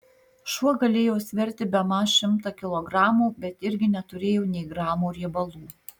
šuo galėjo sverti bemaž šimtą kilogramų bet irgi neturėjo nė gramo riebalų